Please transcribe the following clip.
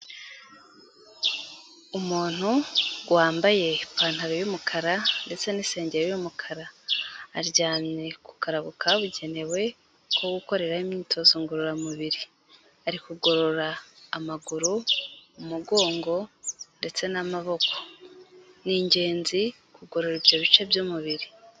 Umuntu wambaye ipantaro y'umukara ndetse n'insengeri y'umukara, aryamye ku karago kabugenewe ko gukoreraho imyitozo ngororamubiri, ari kugorora amaguru, umugongo, ndetse n'amaboko, ni ingenzi kugorora ibyo bice by'umubiri.